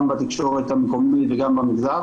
גם בתקשורת המקומית וגם במגזר